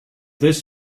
this